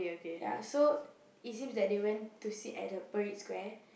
ya so it seems that they went to sit at the Parade Square